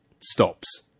stops